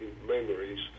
memories